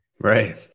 Right